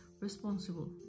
responsible